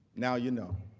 now you know.